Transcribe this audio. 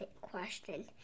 question